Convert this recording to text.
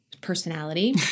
personality